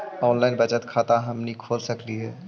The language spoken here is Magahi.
ऑनलाइन बचत खाता हमनी खोल सकली हे?